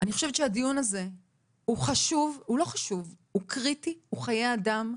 אני חושבת שהדיון הזה הוא קריטי, הוא חיי אדם.